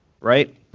right